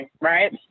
right